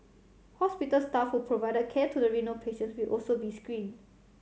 hospital staff who provided care to the renal patients will also be screened